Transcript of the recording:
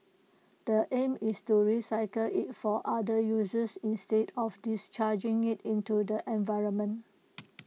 the aim is to recycle IT for other uses instead of discharging IT into the environment